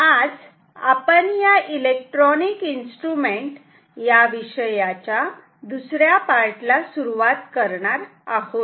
आज आपण या इलेक्ट्रॉनिक इन्स्ट्रुमेंट या विषयाच्या दुसऱ्या पार्ट ला सुरुवात करणार आहोत